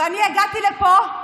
ואני הגעתי לפה,